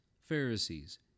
Pharisees